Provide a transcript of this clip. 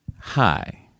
Hi